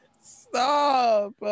stop